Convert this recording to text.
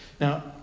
now